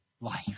life